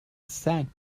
sank